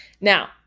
Now